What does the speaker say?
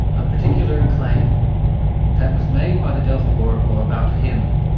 a particular claim that was made by the delphic oracle about him.